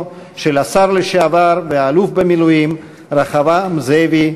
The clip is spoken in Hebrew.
של השר לשעבר והאלוף במילואים רחבעם זאבי,